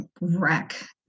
wreck